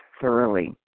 thoroughly